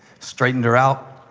straightened her out,